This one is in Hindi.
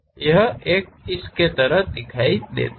यह एक इसके तरह दिखाई देता हैं